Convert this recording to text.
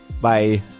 Bye